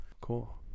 Cool